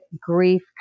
grief